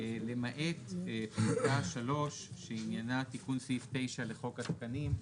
למעט פיסקה 3 שעניינה "תיקון סעיף 9 לחוק התקנים".